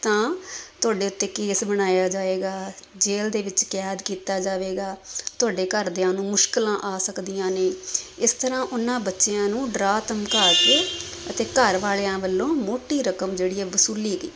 ਤਾਂ ਤੁਹਾਡੇ ਉੱਤੇ ਕੇਸ ਬਣਾਇਆ ਜਾਏਗਾ ਜੇਲ੍ਹ ਦੇ ਵਿੱਚ ਕੈਦ ਕੀਤਾ ਜਾਵੇਗਾ ਤੁਹਾਡੇ ਘਰਦਿਆਂ ਨੂੰ ਮੁਸ਼ਕਿਲਾਂ ਆ ਸਕਦੀਆਂ ਨੇ ਇਸ ਤਰ੍ਹਾਂ ਉਹਨਾਂ ਬੱਚਿਆਂ ਨੂੰ ਡਰਾ ਧਮਕਾ ਕੇ ਅਤੇ ਘਰ ਵਾਲਿਆਂ ਵੱਲੋਂ ਮੋਟੀ ਰਕਮ ਜਿਹੜੀ ਆ ਵਸੂਲੀ ਗਈ